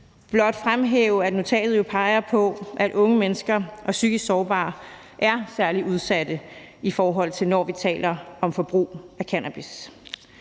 blot fremhæve, at notatet jo peger på, at unge mennesker og psykisk sårbare er særlig udsatte, når vi taler om forbrug af cannabis.